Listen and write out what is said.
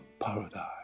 paradise